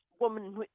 woman